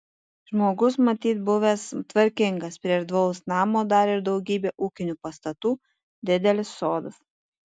žmogus matyt buvęs tvarkingas prie erdvaus namo dar ir daugybė ūkinių pastatų didelis sodas